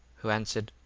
who answered,